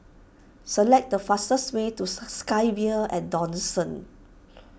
select the fastest way to SkyVille at Dawson